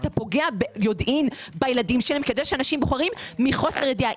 אתה פוגע ביודעין בילדים שלהם כי אנשים בוחרים מחוסר ידיעה.